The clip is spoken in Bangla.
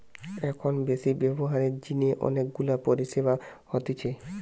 এখন বেশি ব্যবহারের জিনে অনেক গুলা পরিষেবা হতিছে